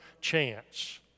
chance